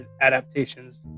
adaptations